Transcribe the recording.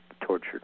tortured